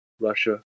Russia